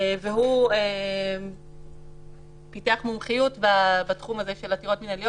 והוא פיתח מומחיות בתחום הזה של עתירות מינהליות.